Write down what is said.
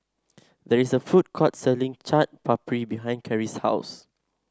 there is a food court selling Chaat Papri behind Cary's house